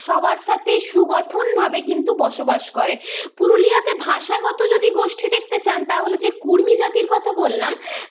সবার সাথেই সুগঠনভাবে কিন্তু বসবাস করে পুরুলিয়াতে ভাষাগত যদি গোষ্ঠী দেখতে চান তাহলে যে কুর্মী জাতির কথা বললাম